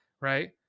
right